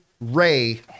Ray